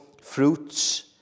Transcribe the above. fruits